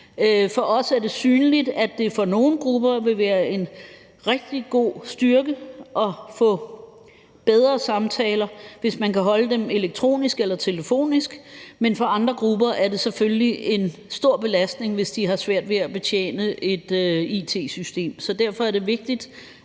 For os er det synligt, at det for nogle grupper vil være en rigtig god styrke at få bedre samtaler, hvis man kan holde dem elektronisk eller telefonisk, men for andre grupper er det selvfølgelig en stor belastning, hvis de har svært ved at betjene et it-system. Så derfor er det vigtigt,